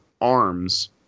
arms